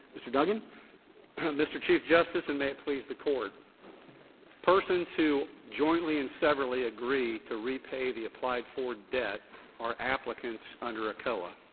mr. duggan. duggan mr. chief justice, and may it please the court persons who jointly and severally agree to repay the applied-for debt are applicants under ecoa.